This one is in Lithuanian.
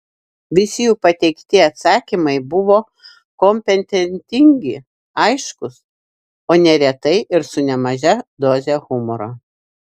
visi jų pateikti atsakymai buvo kompetentingi aiškūs o neretai ir su nemaža doze humoro